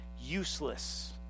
useless